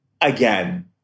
again